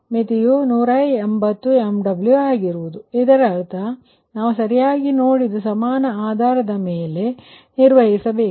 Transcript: ಆದ್ದರಿಂದ ಇದರರ್ಥ ಅಂದರೆ ಮತ್ತು ನಾವು ಸರಿಯಾಗಿ ನೋಡಿದ ಸಮಾನ ಆಧಾರದ ಮೇಲೆ ನೀವು ನಿರ್ವಹಿಸಬೇಕು